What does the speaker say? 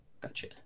Gotcha